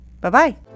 Bye-bye